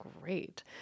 great